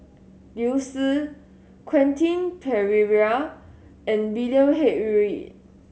Liu Si Quentin Pereira and William H Read